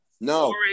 No